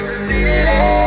city